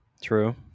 True